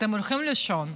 אתם הולכים לישון,